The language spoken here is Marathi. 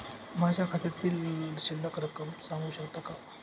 माझ्या खात्यातील शिल्लक रक्कम सांगू शकता का?